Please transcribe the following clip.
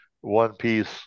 one-piece